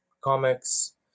comics